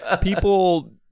People